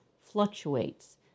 fluctuates